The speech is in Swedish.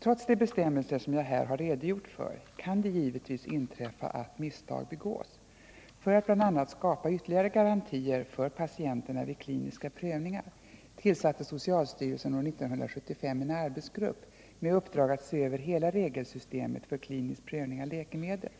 Trots de bestämmelser som jag här har redogjort för kan det givetvis inträffa att misstag begås. För att bl.a. skapa ytterligare garantier för patienterna vid kliniska prövningar tillsatte socialstyrelsen år 1975 en arbetsgrupp med uppdrag att se över hela regelsystemet för klinisk prövning av läkemedel.